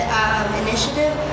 initiative